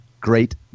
great